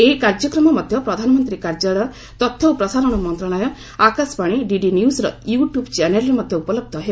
ଏହି କାର୍ଯ୍ୟକ୍ରମ ମଧ୍ୟ ପ୍ରଧାନମନ୍ତ୍ରୀ କାର୍ଯ୍ୟାଳୟ ତଥ୍ୟ ଓ ପ୍ରସାରଣ ମନ୍ତ୍ରଶାଳୟ ଆକାଶବାଣୀ ଡିଡି ନ୍ୟୁଜ୍ ୟୁଟ୍ୟୁବ୍ ଚ୍ୟାନେଲ୍ରେ ମଧ୍ୟ ଉପଲହ୍ଧ ହେବ